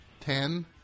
Ten